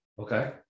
Okay